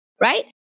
right